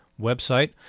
website